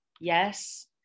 yes